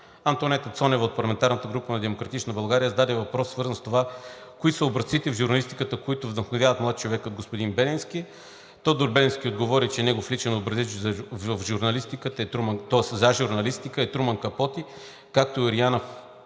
Антоанета Цонева от парламентарната група на „Демократична България, зададе въпрос, свързан с това кои са образците в журналистиката, които вдъхновяват млад човек като господин Беленски. Тодор Беленски отговори, че негов личен образец за журналистика е Труман Капоти, както и Ориана Фалачи,